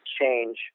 change